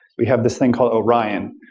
we have this thing called orion,